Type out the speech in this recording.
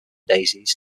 daisies